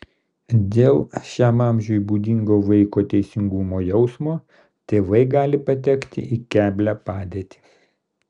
dėl šiam amžiui būdingo vaiko teisingumo jausmo tėvai gali patekti į keblią padėtį